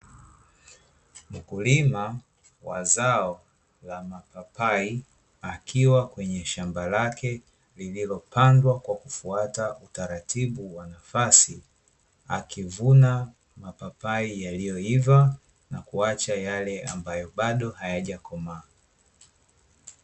Mkulima wa zao la mapapai akiwa kwenye shamba lake lililopandwa kwa kufuata utaratibu wa nafasi, akivuna mapapai yaliyoiva na kuacha yale ambayo bado hayajakomaa.